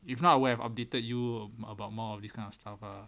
if not I would have updated you about more of this kind of stuff ah